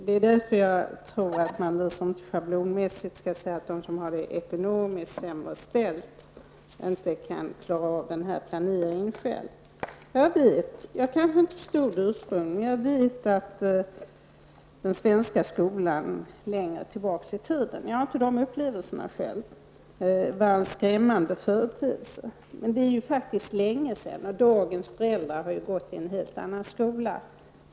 Det är därför jag tycker att man inte schablonmässigt skall säga att de som har det ekonomiskt sämre ställt inte kan klara av den här planeringen själv. Jag kanske inte har förstått det urspungligen, men jag vet att den svenska skolan längre tillbaka i tiden var en skrämmande företeelse. Jag har själv inte dessa upplevelser. Men det är faktiskt länge sedan, och dagens föräldrar har gått i en helt annan skola.